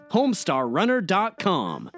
HomestarRunner.com